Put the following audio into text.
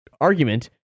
argument